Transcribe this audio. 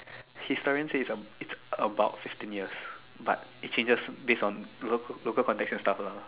historians say it's about fifteen years but it changes base on local local context and stuff lah